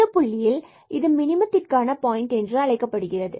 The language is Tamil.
இந்த புள்ளியில் இது மினிமத்திக்கான பாயிண்ட் என்று அழைக்கப்படுகிறது